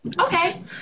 Okay